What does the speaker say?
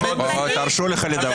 לא סתמתי לך את הפה.